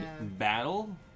battle